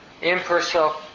Impersonal